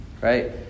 right